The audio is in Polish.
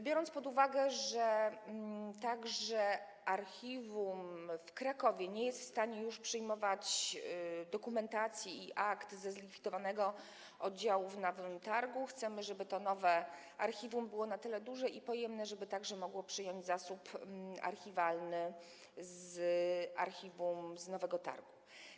Biorąc pod uwagę, że archiwum w Krakowie nie jest już w stanie przyjmować dokumentacji i akt ze zlikwidowanego oddziału w Nowym Targu, chcemy, żeby to nowe archiwum było na tyle duże i pojemne, żeby mogło także przyjąć zasób archiwalny z archiwum z Nowego Targu.